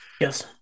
Yes